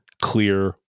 clear